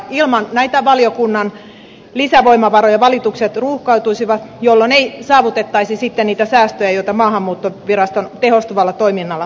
ilman näitä valiokunnan lisävoimavaroja valitukset ruuhkautuisivat jolloin ei saavutettaisi sitten niitä säästöjä joita maahanmuuttoviraston tehostuvalla toiminnalla tavoitellaan